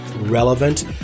relevant